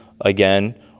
again